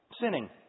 Sinning